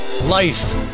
life